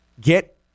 Get